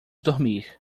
dormir